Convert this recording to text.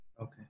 Okay